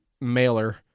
mailer